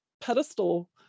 pedestal